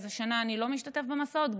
השנה אני לא משתתף במסעות,